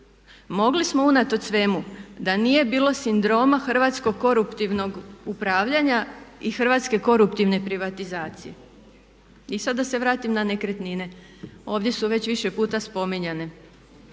mogli smo unatoč svemu da nije bilo sindroma hrvatskog koruptivnog upravljanja i hrvatske koruptivne privatizacije. I sad da se vratim na nekretnine ovdje su već više puta spominjane.